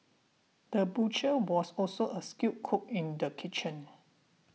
the butcher was also a skilled cook in the kitchen